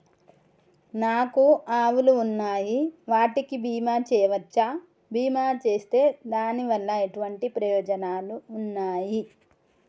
నాకు ఆవులు ఉన్నాయి వాటికి బీమా చెయ్యవచ్చా? బీమా చేస్తే దాని వల్ల ఎటువంటి ప్రయోజనాలు ఉన్నాయి?